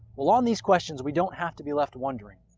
well on these questions, we don't have to be left wondering.